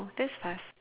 that's fast